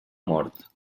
mort